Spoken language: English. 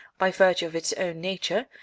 by virtue of its own nature,